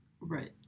Right